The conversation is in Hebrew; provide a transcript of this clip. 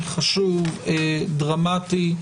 חשוב ודרמטי,